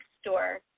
store